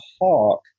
hawk